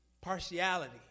partiality